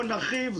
לא נרחיב.